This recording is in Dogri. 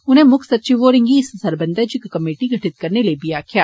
उनें मुक्ख सचिव होरें गी इस सरबंधै च इक कमेटी गठित करने लेई आक्खेआ